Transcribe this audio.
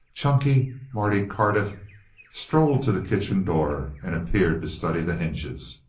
chunky marty cardiff strolled to the kitchen door and appeared to study the hinges.